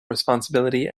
responsibility